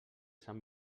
sant